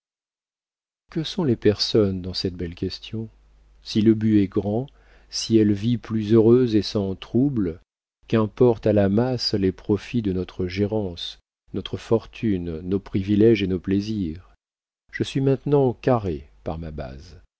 que sont les personnes dans cette belle question si le but est grand si elle vit plus heureuse et sans troubles qu'importe à la masse les profits de notre gérance notre fortune nos priviléges et nos plaisirs je suis maintenant carré par ma base